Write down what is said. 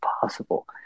possible